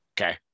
Okay